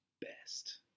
best